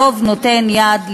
הרוב נותן יד,